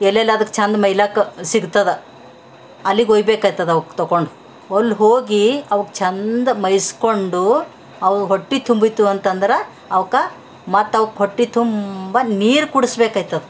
ಎಲ್ಲೆಲ್ಲಿ ಅದಕ್ಕೆ ಚಂದ ಮೇಯ್ಲಾಕ ಸಿಗ್ತದೆ ಅಲ್ಲಿಗೆ ಒಯ್ಬೇಕಾಯ್ತದೆ ಅವಕ್ ತೊಕೊಂಡು ಅಲ್ ಹೋಗಿ ಅವಕ್ ಚಂದ ಮೇಯ್ಸ್ಕೊಂಡು ಅವು ಹೊಟ್ಟೆ ತುಂಬಿತು ಅಂತಂದ್ರೆ ಅವಕ್ಕ ಮತ್ತು ಅವಕ್ ಹೊಟ್ಟೆ ತುಂಬ ನೀರು ಕುಡ್ಸ್ಬೇಕಾಯ್ತದೆ